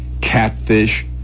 catfish